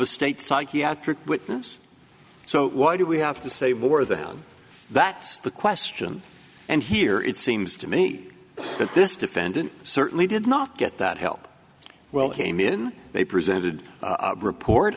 a state psychiatric witness so why do we have to say war of the one that's the question and here it seems to me that this defendant certainly did not get that help well came in they presented a report